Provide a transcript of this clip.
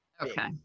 Okay